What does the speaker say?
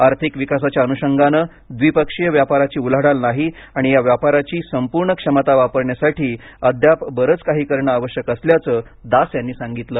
आर्थिक विकासाच्या अनुषंगाने द्विपक्षीय व्यापाराची उलाढाल नाही आणि या व्यापाराची संपूर्ण क्षमता वापरण्यासाठी अद्याप बरंच काही करणं आवश्यक असल्याचं दास यांनी सांगितलं